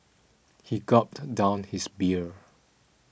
he gulped down his beer